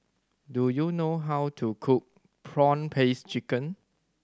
do you know how to cook prawn paste chicken